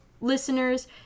listeners